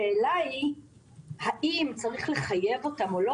לגבי השאלה האם צריך לחייב אותן או לא